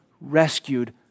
rescued